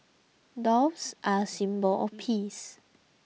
doves are a symbol of peace